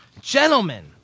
Gentlemen